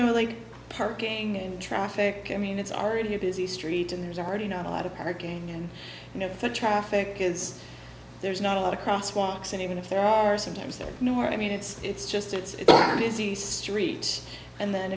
know like parking and traffic i mean it's already a busy street and there's already not a lot of parking and you know the traffic is there's not a lot of cross walks and even if there are sometimes there are no i mean it's it's just it's a busy street and then